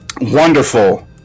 wonderful